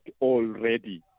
already